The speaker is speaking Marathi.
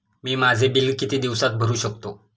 मी माझे बिल किती दिवसांत भरू शकतो?